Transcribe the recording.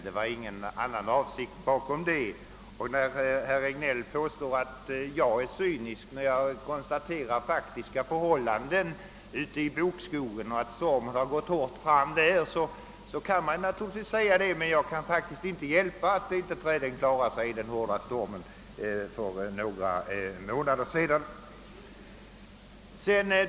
Det fanns ingen sådan avsikt bakom, men man kan naturligtvis som herr Regnéll påstå att jag var cynisk när jag konstaterade faktiska förhållanden om bokskogen och att stormen gått hårt fram där. Jag kan ju inte hjälpa att träden inte klarade sig i den hårda stormen för några månader sedan.